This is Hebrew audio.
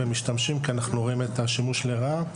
כי אנחנו רואים את השימוש לרעה.